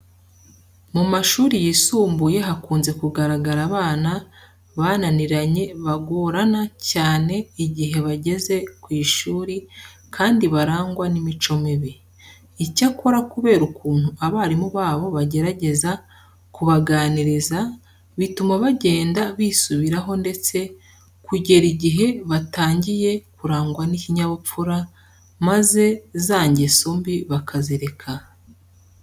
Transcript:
Mu mashuri yisumbuye hakunze kugaragara abana bananiranye bagorana cyane igihe bageze ku ishuri kandi barangwa n'imico mibi. Icyakora kubera ukuntu abarimu babo bagerageza kubaganiriza, bituma bagenda bisubiraho ndetse kugera igihe batangiye kurangwa n'ikinyabupfura maze za ngeso mbi bakazireka.